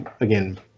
Again